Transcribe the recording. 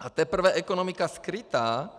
A teprve ekonomika skrytá,